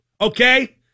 okay